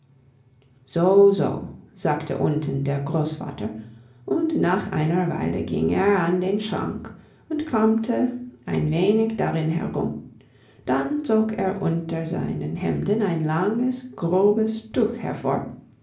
so so sagte unten der großvater und nach einer weile ging er an den schrank und kramte ein wenig darin herum dann zog er unter seinen hemden ein langes grobes tuch hervor